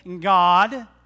God